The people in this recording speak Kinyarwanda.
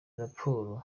raporo